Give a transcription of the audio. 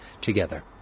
together